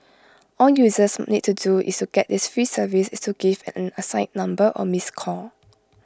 all users need to do to get this free service is to give an assigned number A missed call